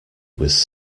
was